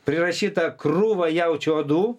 prirašyta krūva jaučio odų